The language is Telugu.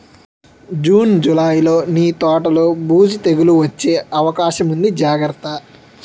జూన్, జూలైలో నీ తోటలో బూజు, తెగులూ వచ్చే అవకాశముంది జాగ్రత్త